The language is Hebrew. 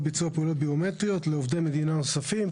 ביצוע פעולות ביומטריות לעובדי מדינה נוספים.